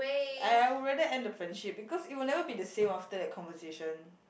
I I would rather end the friendship because it'll never be the same after that conversation